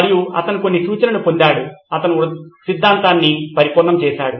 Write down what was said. మరియు అతను కొన్ని సూచనలు పొందాడు అతను సిద్ధాంతాన్ని పరిపూర్ణం చేశాడు